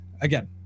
again